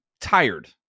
tired